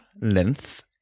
length